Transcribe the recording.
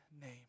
name